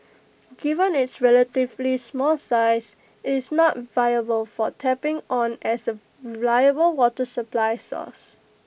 given its relatively small size IT is not viable for tapping on as A reliable water supply source